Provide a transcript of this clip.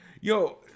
Yo